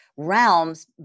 realms